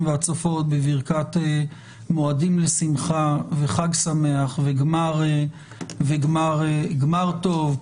והצופות בברכת מועדים לשמחה וחג שמח וגמר טוב,